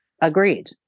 agreed